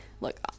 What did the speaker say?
look